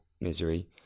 Misery